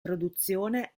produzione